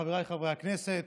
העבודה ולצמצום פערים חברתיים (מענק עבודה)